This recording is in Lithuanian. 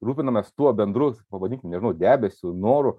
rūpinamės tuo bendru pavadinkim nežinau debesiu noru